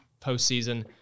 postseason